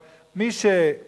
אבל מי שחייב,